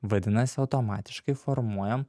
vadinasi automatiškai formuojam